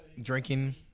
Drinking